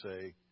say